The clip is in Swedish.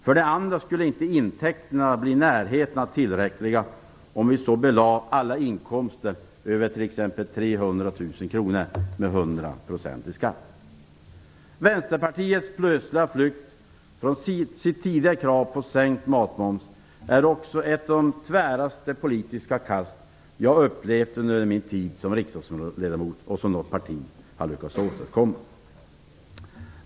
För det andra skulle inte intäkterna bli i närheten av det tillräckliga om vi så belade alla inkomster över t.ex. 300 000 kr med 100 % skatt. Vänsterpartiets plötsliga flykt från sitt tidigare krav på sänkt matmoms är också ett av de tväraste politiska kast som något parti har lyckats åstadkomma som jag har upplevt under min tid som riksdagsledamot.